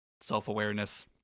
self-awareness